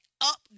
Up